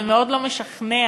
ומאוד לא משכנע,